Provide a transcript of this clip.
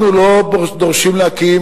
אנחנו לא דורשים להקים,